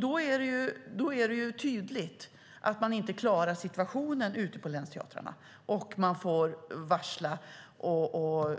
Då är det tydligt att man inte klarar situationen ute på länsteatrarna, utan man får varsla och